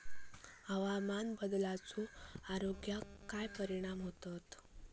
हवामान बदलाचो आरोग्याक काय परिणाम होतत?